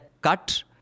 cut